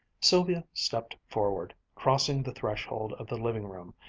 sylvia stepped forward, crossed the threshold of the living-room,